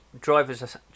Drivers